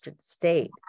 state